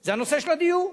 וזה הנושא של הדיור.